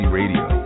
radio